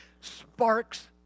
sparks